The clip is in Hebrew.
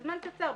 בזמן קצר,